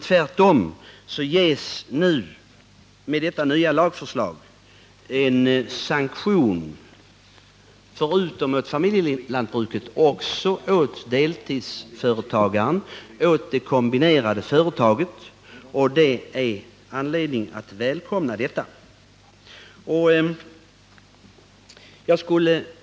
Tvärtom ges med detta nya lagförslag en sanktion förutom åt familjelantbruket också åt deltidsföretagaren, åt det kombinerade företaget, och det finns anledning att välkomna detta.